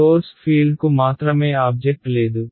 source field కు మాత్రమే object లేదు